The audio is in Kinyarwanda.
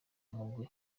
umugwi